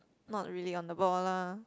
not really on the ball lah